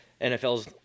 NFL's